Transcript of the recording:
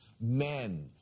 Men